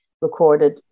recorded